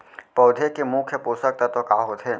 पौधे के मुख्य पोसक तत्व का होथे?